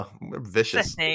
Vicious